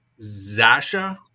Zasha